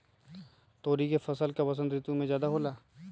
तोरी के फसल का बसंत ऋतु में ज्यादा होला?